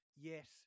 Yes